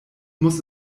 muss